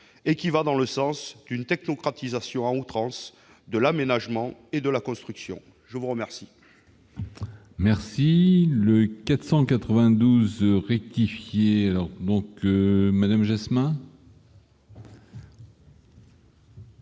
qui va dans le sens d'une technocratisation à outrance de l'aménagement et de la construction. La parole